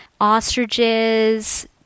ostriches